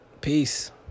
peace